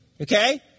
Okay